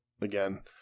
again